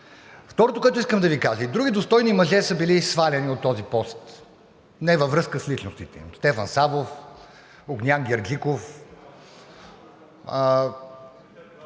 Второто, което искам да Ви кажа. И други достойни мъже са били сваляни от този пост, не във връзка с личностите им: Стефан Савов, Огнян Герджиков…